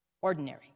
ordinary